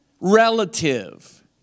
relative